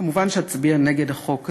מובן שאצביע נגד החוק הזה.